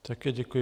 Také děkuji.